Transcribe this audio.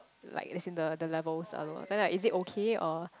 like as in the the levels are lower then like is it okay or